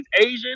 Asian